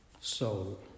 soul